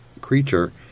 creature